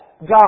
God